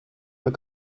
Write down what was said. pas